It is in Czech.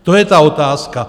To je ta otázka.